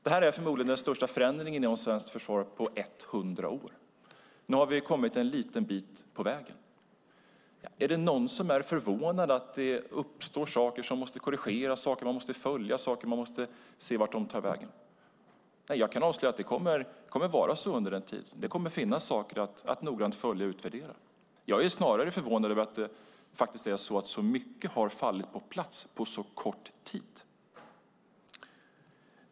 Det är förmodligen den största förändringen inom svenskt försvar på ett hundra år. Nu har vi kommit en liten bit på vägen. Är det någon som är förvånad över att det uppstår saker som måste korrigeras, saker som måste följas och saker som vi måste se vart de tar vägen? Jag kan avslöja att det kommer att vara så under en tid. Det kommer att finnas saker att noggrant följa och utvärdera. Jag är snarare förvånad över att så mycket har fallit på plats på så kort tid.